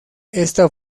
esta